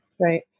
right